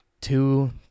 Two